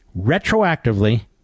retroactively